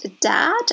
dad